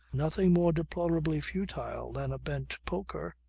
nothing more deplorably futile than a bent poker.